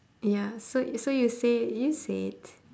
ya so so you say you say it